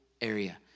area